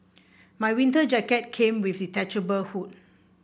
my winter jacket came with a detachable hood